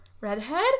Redhead